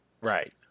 Right